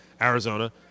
Arizona